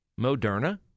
Moderna